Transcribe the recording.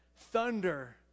Thunder